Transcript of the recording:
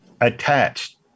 attached